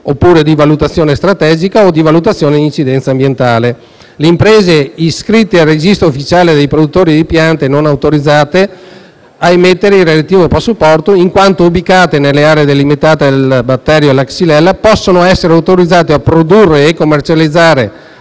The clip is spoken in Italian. ambientale, strategica e d'incidenza ambientale. Le imprese iscritte al Registro ufficiale dei produttori di piante non autorizzate a emettere il relativo passaporto, in quanto ubicate nelle aree delimitate dal batterio della xylella, possono essere autorizzate a produrre e commercializzare